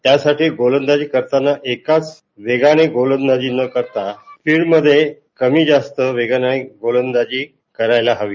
त्यासाठी गोलंदाजी करताना एकाच वेगानं गोलंदाजी न करता फिल्डमध्ये कमी जास्त वेगानं गोलंदाजी करायला हवी